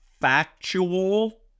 factual